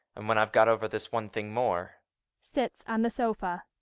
and when i've got over this one thing more sits on the sofa.